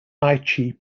aichi